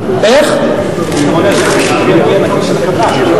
איך אתה מונע זה מגיע לכיס של הקבלן.